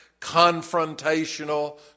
confrontational